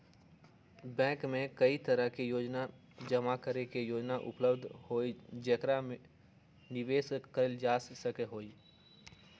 bank में कई तरह के जमा करे के योजना उपलब्ध हई जेकरा निवेश कइल जा सका हई